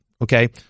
Okay